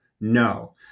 No